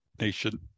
Nation